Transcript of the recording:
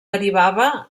derivava